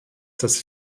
dass